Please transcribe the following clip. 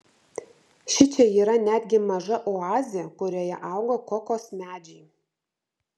šičia yra netgi maža oazė kurioje auga kokos medžiai